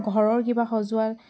ঘৰৰ কিবা সজোৱা